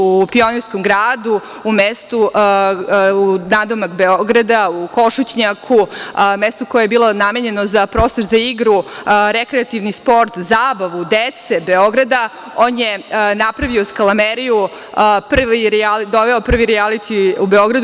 U Pionirskom gradu, u mestu nadomak Beograda, u Košutnjaku, na mestu koje je bilo namenjeno za prostor za igru, rekreativni sport, zabavu dece Beograda, on je napravio skalameriju, doveo prvi rijaliti u Beograd.